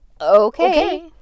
Okay